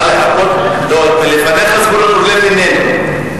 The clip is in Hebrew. לא, לפניך זבולון אורלב, איננו.